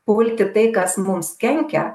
pulti tai kas mums kenkia